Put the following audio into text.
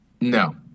No